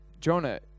Jonah